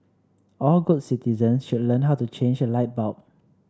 all good citizens should learn how to change a light bulb